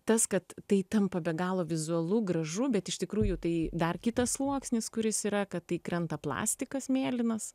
tas kad tai tampa be galo vizualu gražu bet iš tikrųjų tai dar kitas sluoksnis kuris yra kad krenta plastikas mėlynas